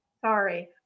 Sorry